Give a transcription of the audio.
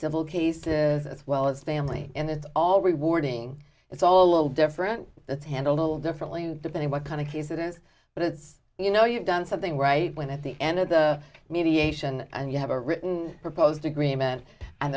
civil case as well as family and it's always boarding it's all a little different it's handled differently depending what kind of case it is but it's you know you've done something right when at the end of the mediation and you have a written proposed agreement and